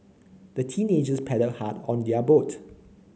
the teenagers paddled hard on their boat